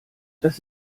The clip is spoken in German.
das